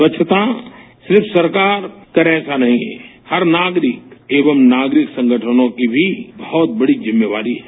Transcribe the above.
स्वच्छता सिर्फ सरकार करे ऐसा नहीं है हर नागरिक एवं नागरिक संगठनों की भी बहुत बड़ी जिम्मेवारी है